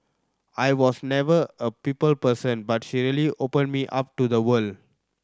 I was never a people person but she really opened me up to the world